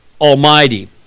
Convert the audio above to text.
Almighty